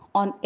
on